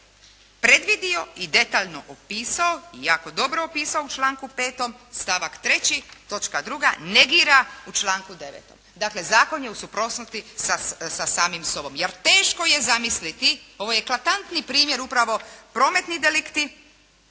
predvidio i detaljno opisao, iako dobro opisao u članku 5. stavak 3. točka 2., negira u članku 9. dakle, zakon je u suprotnosti sa samim sobom, jer teško je zamisliti, ovo je plakatni primjer upravo prometni delikti